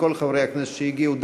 מכל חברי הכנסת שהגיעו,